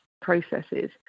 processes